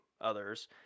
others